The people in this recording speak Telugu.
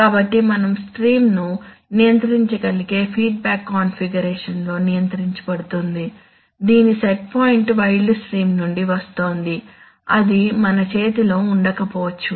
కాబట్టి మనం స్ట్రీమ్ను నియంత్రించగలిగే ఫీడ్బ్యాక్ కాన్ఫిగరేషన్లో నియంత్రించబడుతోంది దీని సెట్ పాయింట్ వైల్డ్ స్ట్రీమ్ నుండి వస్తోంది అది మన చేతిలో ఉండకపోవచ్చు